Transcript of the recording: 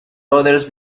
others